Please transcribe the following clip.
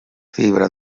fibra